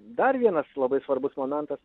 dar vienas labai svarbus momentas